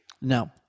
No